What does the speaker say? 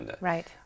Right